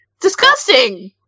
disgusting